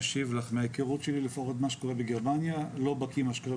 לפחות מההיכרות שלי עם מה שקורה בגרמניה ואני לא בקי במה שקורה